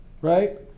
right